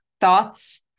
thoughts